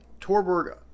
Torberg